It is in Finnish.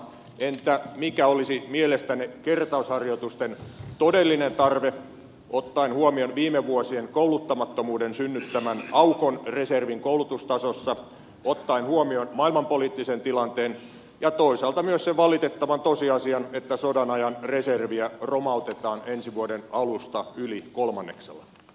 entä mikä olisi mielestänne kertausharjoitusten todellinen tarve ottaen huomioon viime vuosien kouluttamattomuuden synnyttämän aukon reservin koulutustasossa ottaen huomioon maailmanpoliittisen tilanteen ja toisaalta myös sen valitettavan tosiasian että sodanajan reserviä romautetaan ensi vuoden alusta yli kolmanneksella